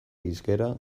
hizkera